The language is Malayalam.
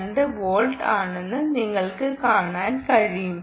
2 വോൾട്ട് ആണെന്ന് നിങ്ങൾക്ക് കാണാൻ കഴിയും